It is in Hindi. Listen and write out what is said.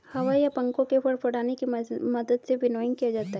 हवा या पंखों के फड़फड़ाने की मदद से विनोइंग किया जाता है